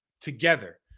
together